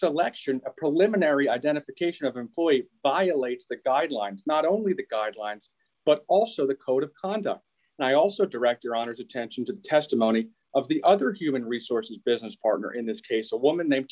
selection a preliminary identification of employed by a late the guidelines not only the guidelines but also the code of conduct and i also direct your honor's attention to the testimony of the other human resources business partner in this case a woman named